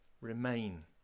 remain